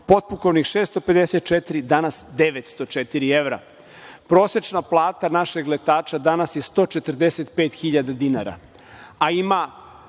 potpukovnik 654, danas 904 evra. Prosečna plata našeg letača je 145.000 dinara, a ima